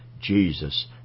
Jesus